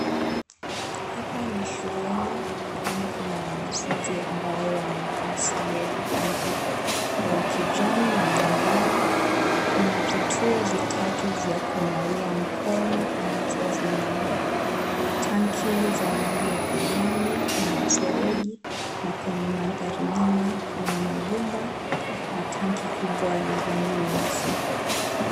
Hapa ni shuleni kwani kuna wanafunzi ambao wamevaa sare ya rangi ya kijani na manjano. Kuna vituo vitatu vya kunawia mikono ambavyo vina tangi za rangi ya kijani na mifereji na kwenye mandhari nyuma kuna majumba na tangi kubwa la rangi nyeusi.